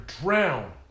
drown